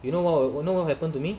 you know you know what happened to me